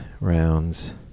rounds